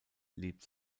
lebt